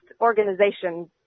organizations